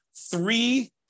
three